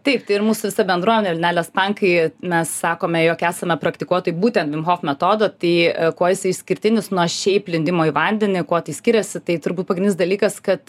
taip tai ir mūsų visa bendruomė vilnelės pankai mes sakome jog esame praktikuotojai būtent vim hof metodo tai kuo jisai išskirtinis nuo šiaip lindimo į vandenį kuo tai skiriasi tai turbūt pagrindinis dalykas kad